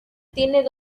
tienen